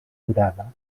durada